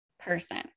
person